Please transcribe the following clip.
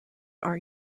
are